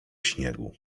śniegu